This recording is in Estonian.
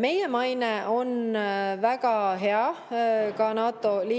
Meie maine on väga hea ka NATO liitlaste